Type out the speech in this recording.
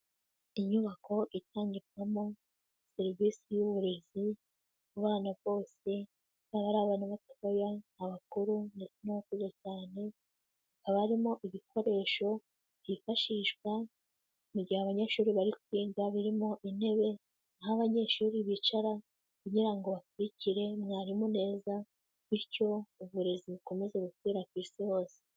Inyubako itandikwamo serivisi yuburezi ku bana bose hari abana batoya, abakuru n'abakuze cyane haba harimo ibikoresho byifashishwa mu mugihe abanyeshuri bari kwiga birimo intebe aho abanyeshuri bicara kugirango bakurikire mwarimu neza bityo uburezi bukomeze gukwira ku isi hose.